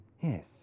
Yes